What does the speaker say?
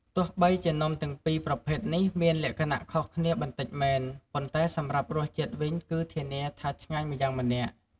ទោះបីជានំទាំងពីរប្រភេទនេះមានលក្ខណៈខុសគ្នាបន្តិចមែន ប៉ុន្តែសម្រាប់រសជាតិវិញ គឺធានាថាឆ្ងាញ់ម្យ៉ាងម្នាក់។